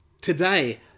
today